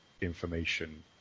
information